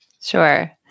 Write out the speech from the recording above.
Sure